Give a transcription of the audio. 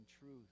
truth